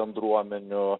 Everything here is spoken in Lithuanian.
bendruomenių